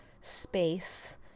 space